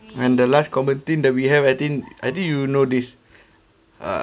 and the last common thing that we have I think I think you know this uh